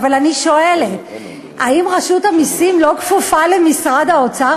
אבל אני שואלת: האם רשות המסים לא כפופה למשרד האוצר,